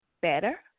better